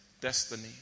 destiny